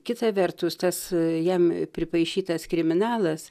kita vertus tas jam pripaišytas kriminalas